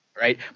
right